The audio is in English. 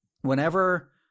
Whenever